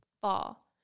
fall